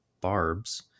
barbs